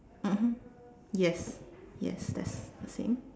mmhmm yes yes that's the same